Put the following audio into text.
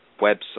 website